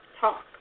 talk